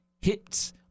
Hits